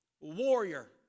warrior